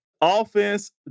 Offense